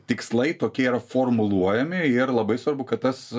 tikslai tokie yra formuluojami ir labai svarbu kad tas